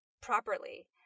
properly